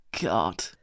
god